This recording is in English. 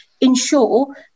ensure